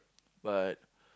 but